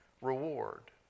reward